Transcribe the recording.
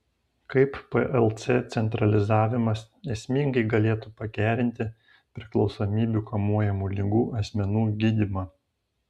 kaip plc centralizavimas esmingai galėtų pagerinti priklausomybių kamuojamų ligų asmenų gydymą